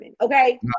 Okay